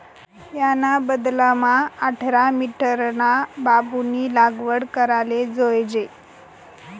याना बदलामा आठरा मीटरना बांबूनी लागवड कराले जोयजे